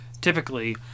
typically